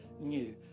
new